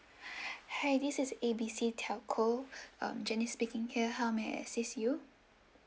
hi this is A B C telco uh janice speaking here how may I assist you